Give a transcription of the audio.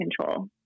control